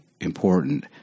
important